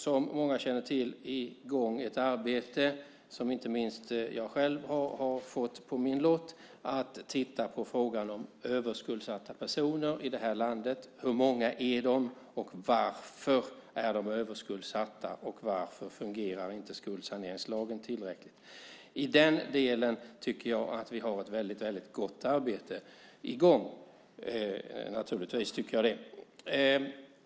Som många känner till har vi ett arbete i gång där inte minst jag själv har fått på min lott att titta närmare på frågan om överskuldsatta personer i vårt land - hur många de är, varför de är överskuldsatta och varför skuldsaneringslagen inte fungerar tillräckligt. I den delen tycker jag att vi har ett väldigt gott arbete i gång; naturligtvis tycker jag det.